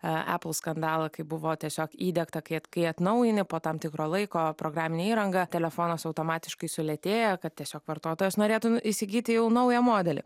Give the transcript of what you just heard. apple skandalą kai buvo tiesiog įdiegta kad kai atnaujini po tam tikro laiko programinę įrangą telefonas automatiškai sulėtėja kad tiesiog vartotojas norėtų įsigyti jau naują modelį